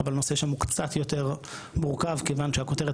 אבל הנושא שם הוא קצת יותר מורכב כיוון שהכותרת